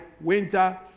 winter